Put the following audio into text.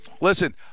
listen